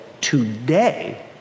today